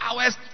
hours